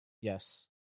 yes